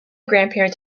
grandparents